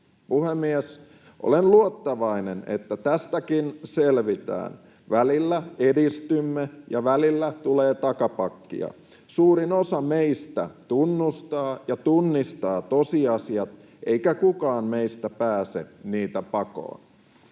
Puhemies! Olen luottavainen, että tästäkin selvitään. Välillä edistymme, ja välillä tulee takapakkia. Suurin osa meistä tunnustaa ja tunnistaa tosiasiat, eikä kukaan meistä pääse niitä pakoon.